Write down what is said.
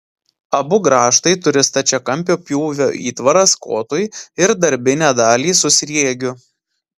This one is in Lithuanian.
abu grąžtai turi stačiakampio pjūvio įtvaras kotui ir darbinę dalį su sriegiu